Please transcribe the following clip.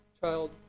Child